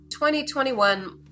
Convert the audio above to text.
2021